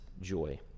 joy